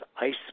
ice